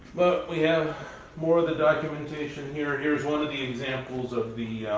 but we have more the documentation here. here's one of the examples of the